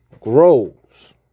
Grows